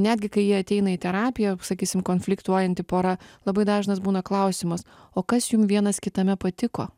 netgi kai jie ateina į terapiją sakysim konfliktuojanti pora labai dažnas būna klausimas o kas jum vienas kitame patiko